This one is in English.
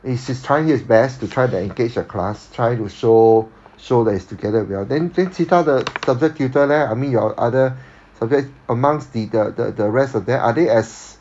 he's he's trying his best to try to engage the class trying to show show that he's together with you all then then 其他的 subject tutor leh I mean your other subject amongst the the the rest of them are they as